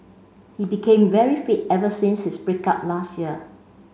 he became very fit ever since his break up last year